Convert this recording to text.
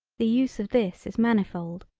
the use of this is manifold.